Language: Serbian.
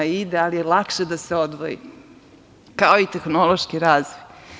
Ide, ali je lakše da se odvoji, kao i tehnološki razvoj.